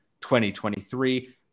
2023